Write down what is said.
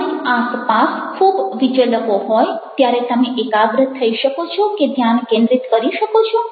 તમારી આસપાસ ખૂબ વિચલકો હોય ત્યારે તમે એકાગ્ર થઇ શકો છો કે ધ્યાન કેન્દ્રિત કરી શકો છો